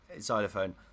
xylophone